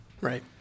Right